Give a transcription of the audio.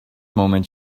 moment